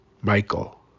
Michael